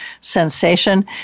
sensation